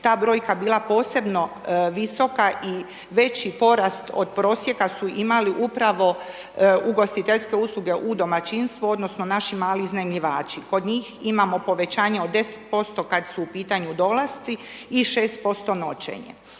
ta brojka bila posebno visoka i veći porast od prosjeka su imali upravo ugostiteljske usluge u domaćinstvu odnosno naši mali iznajmljivači. Kod njih imamo povećanje od 10% kada su u pitanju dolasci i 6% noćenje.